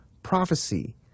prophecy